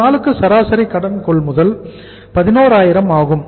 ஒரு நாளுக்கு சராசரி கடன் கொள்முதல் 11000 ஆகும்